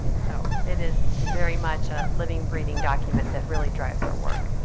so it is very much a living, breathing document that really drives our work.